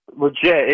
Legit